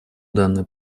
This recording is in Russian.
данный